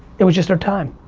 it was just their time.